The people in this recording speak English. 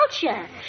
culture